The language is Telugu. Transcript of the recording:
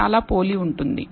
చాలా పోలి ఉంటుంది